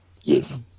Yes